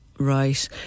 Right